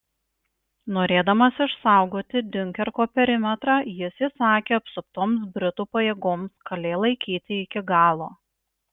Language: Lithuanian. norėdamas išsaugoti diunkerko perimetrą jis įsakė apsuptoms britų pajėgoms kalė laikyti iki galo